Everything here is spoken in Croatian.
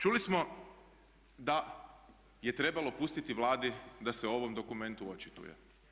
Čuli smo da je trebalo pustiti Vladi da se o ovom dokumentu očituje.